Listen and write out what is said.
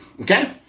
Okay